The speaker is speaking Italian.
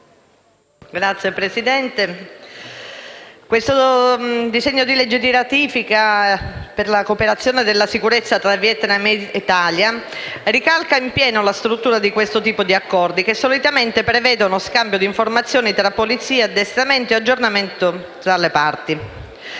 colleghi senatori, il disegno di legge n. 2107, di cooperazione sulla sicurezza tra Vietnam e Italia, ricalca in pieno la struttura di questo tipo di accordi che - solitamente - prevedono scambio di informazioni tra polizie, addestramento e aggiornamento tra le parti.